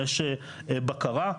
יש בקרה,